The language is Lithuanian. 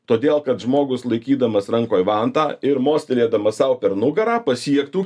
todėl kad žmogus laikydamas rankoj vantą ir mostelėdamas sau per nugarą pasiektų